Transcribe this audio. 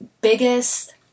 biggest